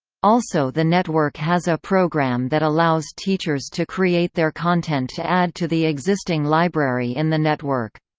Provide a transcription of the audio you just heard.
also the network has a program that allows teachers to create their content to add to the existing library in the network.